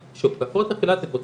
שוב, בהפרעות אכילה זה בוצע.